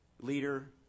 leader